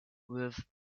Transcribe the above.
with